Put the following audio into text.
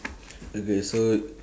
okay so